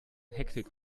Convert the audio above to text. hektik